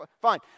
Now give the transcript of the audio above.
fine